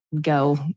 go